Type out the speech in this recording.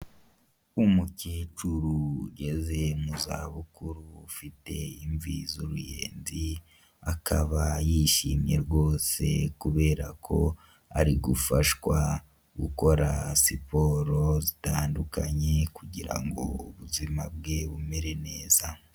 Umukecuru ugeze mu zabukuru ufite imvi z'uruyenzi, akaba yishimye rwose kubera ko ari gufashwa gukora siporo zitandukanye, kugirango ubuzima bwe bumere neza.